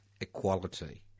equality